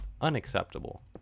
Unacceptable